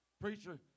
Preacher